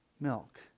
milk